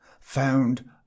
Found